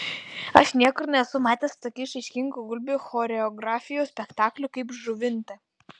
aš niekur nesu matęs tokių išraiškingų gulbių choreografijos spektaklių kaip žuvinte